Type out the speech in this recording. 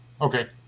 Okay